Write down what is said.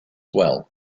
well